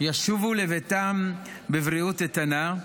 ישובו לביתן בבריאות איתנה.